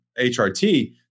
HRT